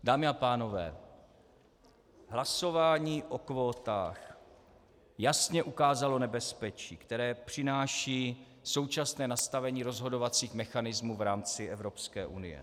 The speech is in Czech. Dámy a pánové, hlasování o kvótách jasně ukázalo nebezpečí, které přináší současné nastavení rozhodovacích mechanismů v rámci Evropské unie.